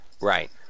Right